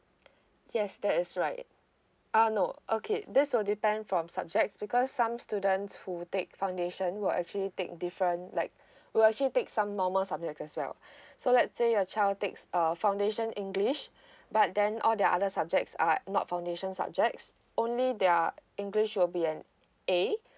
yes that is right err no okay this will depend from subjects because some students who take foundation will actually take different like will actually take some normal subjects as well so let's say your child takes a foundation english but then all their other subjects are not foundation subjects only their english will be an A